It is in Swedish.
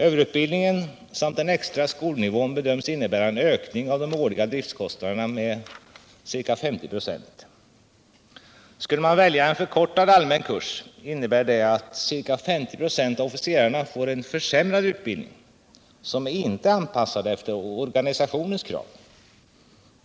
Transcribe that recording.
Överutbildningen samt den extra skolnivån bedöms innebära en ökning av de årliga driftkostnaderna med ca 50 96. Skulle man välja en ”förkortad” allmän kurs innebär detta att ca 50 96 av officerarna får en försämrad utbildning, som inte är anpassad efter organisationens krav.